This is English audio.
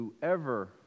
whoever